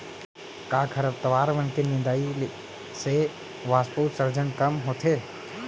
का खरपतवार मन के निंदाई से वाष्पोत्सर्जन कम होथे?